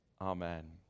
amen